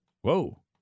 Whoa